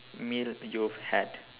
meal you've had